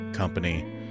company